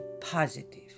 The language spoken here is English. positive